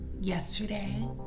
Yesterday